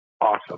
awesome